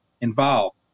involved